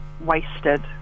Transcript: wasted